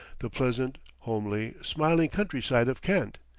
the pleasant, homely, smiling countryside of kent.